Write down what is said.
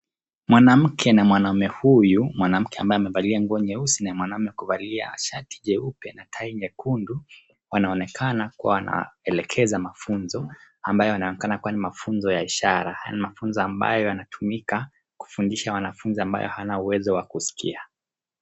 Mwanamke na mwanaume huyu ,mwanamke ambaye amevalia nguo nyeusi na mwanaume kuvalia shati jeupe na tai nyekundu wanaonekana kuwa wanaelekeza mafunzo ambayo yanaonekana ni mafunzo ya ishara na ni mafunzo yanatumika kufundisha wanafunzi ambao hawana uwezo wa kuskia.